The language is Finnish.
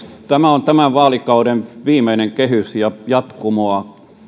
tämä on tämän vaalikauden viimeinen kehys ja jatkumoa